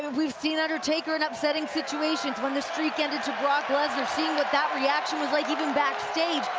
and we've seen undertaker in upsetting situations, when the streak ended to brock lesnar seeing what that reaction was like even backstage,